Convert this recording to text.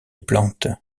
plante